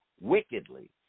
wickedly